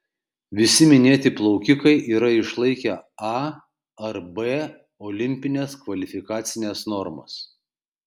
visi minėti plaukikai yra išlaikę a ar b olimpines kvalifikacines normas